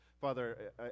father